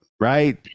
right